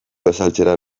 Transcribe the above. gosaltzera